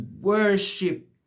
worship